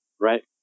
right